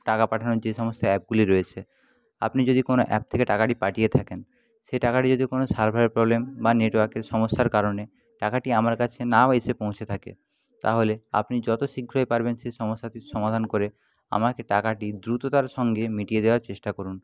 টাকা পাঠানোর যে সমস্ত অ্যাপগুলি রয়েছে আপনি যদি কোনো অ্যাপ থেকে টাকাটি পাঠিয়ে থাকেন সেই টাকাটি যদি কোনো সার্ভারের প্রবলেম বা নেটওয়ার্কের সমস্যার কারনে টাকাটি আমার কাছে নাও এসে পৌঁছে থাকে তাহলে আপনি যতো শীঘ্রই পারবেন সেই সমস্যাটির সমাধান করে আমাকে টাকাটি দ্রুততার সঙ্গে মিটিয়ে দেওয়ার চেষ্টা করুন